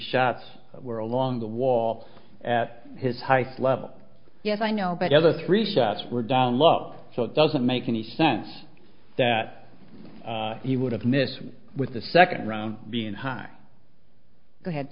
shots were along the wall at his high flavell yes i know but the other three shots were down luck so it doesn't make any sense that he would have missed with the second round being hi go ahead